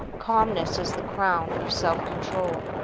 calmness is the crown of self-control.